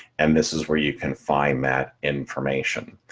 and this is where you can find that information.